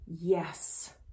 yes